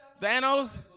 Thanos